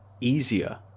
easier